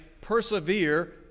persevere